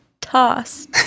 tossed